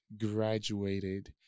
graduated